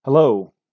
Hello